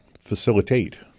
facilitate